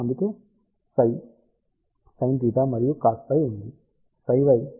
కాబట్టి అందుకే ψx sinθ మరియు cosφ ఉంది